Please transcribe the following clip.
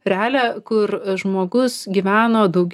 realią kur žmogus gyveno daug